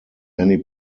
many